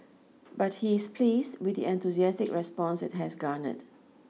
but he is pleased with the enthusiastic response it has garnered